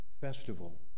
festival